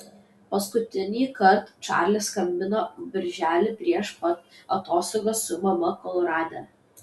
paskutinįkart čarlis skambino birželį prieš pat atostogas su mama kolorade